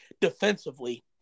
defensively